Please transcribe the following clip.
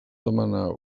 demanar